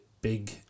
big